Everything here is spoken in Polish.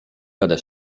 będę